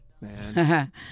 man